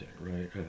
right